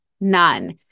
none